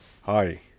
Hi